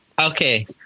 Okay